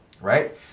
right